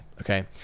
Okay